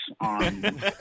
on